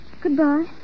Goodbye